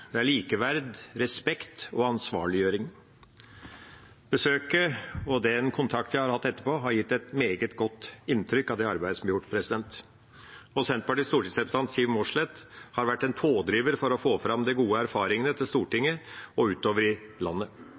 likeverd, respekt og ansvarliggjøring. Besøket og den kontakten jeg har hatt etterpå, har gitt et meget godt inntrykk av det arbeidet som blir gjort. Senterpartiets stortingsrepresentant Siv Mossleth har vært en pådriver for å få fram de gode erfaringene til Stortinget og utover i landet.